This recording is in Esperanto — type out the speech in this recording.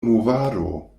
movado